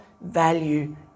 value